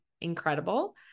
incredible